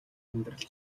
амьдрал